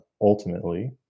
ultimately